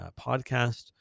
podcast